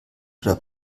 oder